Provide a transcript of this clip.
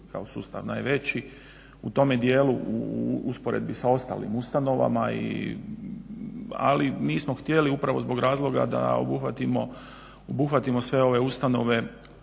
kao sustav najveći u tome dijelu u usporedbi sa ostalim ustanovama ali nismo htjeli upravo zbog razloga da obuhvatimo sve ove ustanove